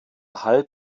halb